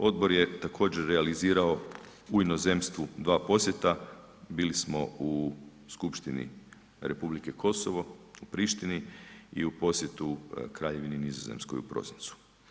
Odbor je također realizirao u inozemstvu dva posjeta, bili smo u Skupštini Republike Kosovo, u Prištini i u posjetu Kraljevini Nizozemskoj u prosincu.